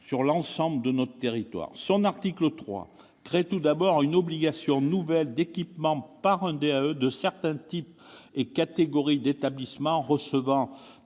sur l'ensemble de notre territoire. Son article 3 crée tout d'abord une obligation nouvelle d'équipement par un DAE de certains types et catégories d'établissements recevant